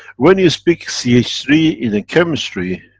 when you speak c h three in the chemistry,